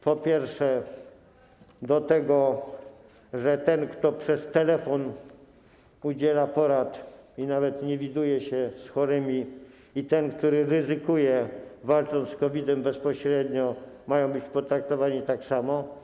Po pierwsze, do tego, że ten, kto przez telefon udziela porad i nawet nie widuje się z chorymi, i ten, który ryzykuje, walcząc bezpośrednio z COVID-em, mają być potraktowani tak samo.